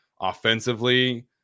offensively